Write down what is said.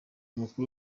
mukuru